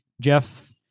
Jeff